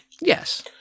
Yes